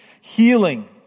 healing